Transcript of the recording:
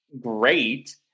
great